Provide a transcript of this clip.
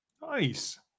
Nice